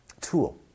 tool